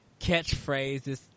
catchphrases